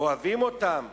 אוהבים אותם,